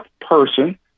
person